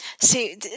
See